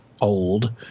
old